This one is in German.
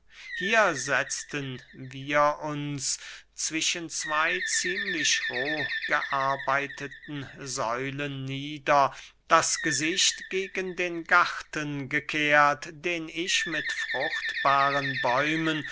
hier setzten wir uns zwischen zwey ziemlich roh gearbeiteten säulen nieder das gesicht gegen den garten gekehrt den ich mit fruchtbaren bäumen